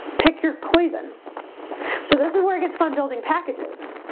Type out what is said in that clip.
pick your poison so this is where it gets fun building packages